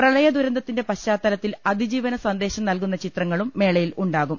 പ്രളയ ദുരന്തത്തിന്റെ പശ്ചാത്തലത്തിൽ അതി ജീവനസന്ദേശം നൽകുന്ന ചിത്രങ്ങളും മേളയിൽ ഉണ്ടാകും